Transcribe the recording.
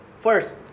First